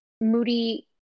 Moody